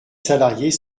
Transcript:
salariés